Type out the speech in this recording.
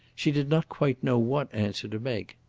she did not quite know what answer to make.